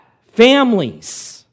Families